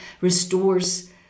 restores